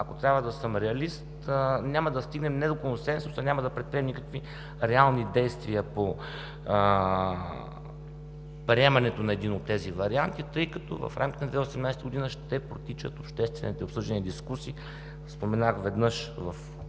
ако трябва да съм реалист, няма да стигнем не до консенсус, а няма да предприемем никакви реални действия по приемането на един от тези варианти, тъй като в рамките на 2018 г. ще протичат обществените обсъждания и дискусии. Споменах веднъж в